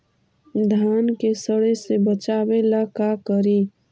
धान के सड़े से बचाबे ला का करि?